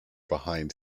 behind